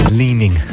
leaning